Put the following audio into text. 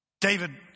David